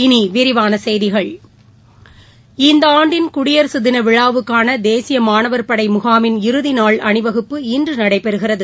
இனி விரிவான செய்திகள் இந்த ஆண்டின் குடியரசுதின விழாவுக்கான தேசிய மாணவர் படை முகாமின் இறுதிநாள் அணிவகுப்பு இன்று நடைபெறுகிறது